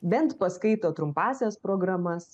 bent paskaito trumpąsias programas